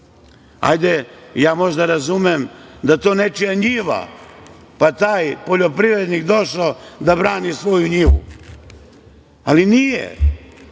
treba da radi? Razumem da je to nečija njiva, pa je taj poljoprivrednik došao da brani svoju njivu, ali nije.